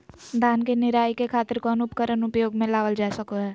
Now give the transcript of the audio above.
धान के निराई के खातिर कौन उपकरण उपयोग मे लावल जा सको हय?